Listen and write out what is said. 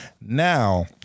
Now